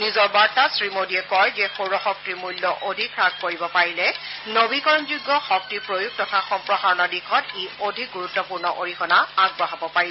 নিজৰ বাৰ্তাত শ্ৰীমোদীয়ে কয় যে সৌৰ শক্তিৰ মূল্য অধিক হ্যাস কৰিব পাৰিলে নবীকৰণযোগ্য শক্তিৰ প্ৰয়োগ তথা সম্প্ৰসাৰণৰ দিশত ই অধিক গুৰুত্বপূৰ্ণ অৰিহণা আগবঢ়াব পাৰিব